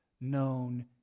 known